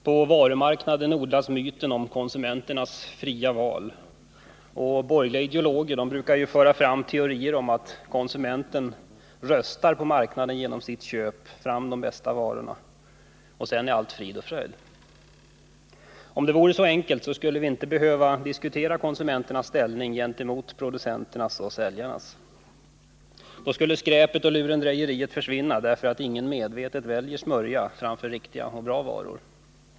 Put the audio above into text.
På varumarknaden odlas myten om konsumentens fria val, och borgerliga ideologer brukar föra fram teorier om att konsumenten genom sitt köp röstar fram de bästa varorna på marknaden. Och sedan är allt frid och fröjd. Om det vore så enkelt skulle vi inte behöva diskutera konsumenternas ställning gentemot producenternas och säljarnas. Då skulle skräpet och lurendrejeriet försvinna, därför att ingen medvetet väljer smörja framför riktiga och bra varor.